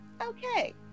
Okay